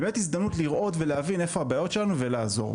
הזדמנות לראות ולהבין איפה הבעיות שלנו ולעזור.